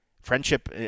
Friendship